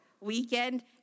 weekend